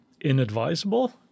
inadvisable